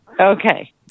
Okay